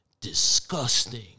disgusting